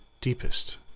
deepest